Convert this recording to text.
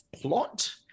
plot